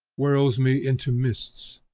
whirls me into mists,